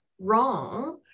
wrong